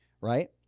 Right